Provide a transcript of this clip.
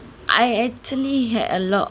I actually had a lot